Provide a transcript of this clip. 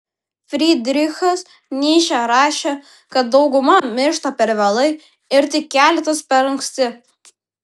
frydrichas nyčė rašė kad dauguma miršta per vėlai ir tik keletas per anksti